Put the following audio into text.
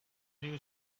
new